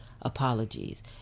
apologies